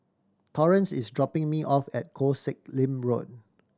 Torrence is dropping me off at Koh Sek Lim Road